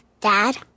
Dad